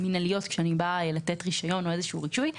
מינהליות כשאני באה לתת רישיון או איזשהו רישוי,